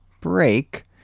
break